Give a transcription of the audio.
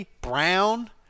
Brown